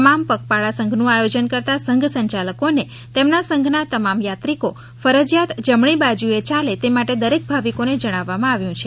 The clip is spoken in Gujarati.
તમામ પગપાળા સંધનું આયોજન કરતા સંધ સંયાલકોએ તેમના સંધના તમામ યાત્રીકો ફરજિયાત જમણી બાજુએ યાલે તે માટે દરેક ભાવિકોને જણાવવામાં આવ્યું છે